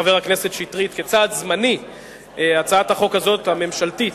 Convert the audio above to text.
חבר הכנסת שטרית, הצעת החוק הזאת, הממשלתית,